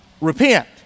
repent